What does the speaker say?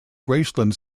graceland